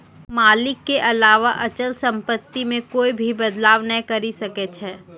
मालिक के अलावा अचल सम्पत्ति मे कोए भी बदलाव नै करी सकै छै